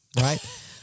Right